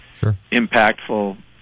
impactful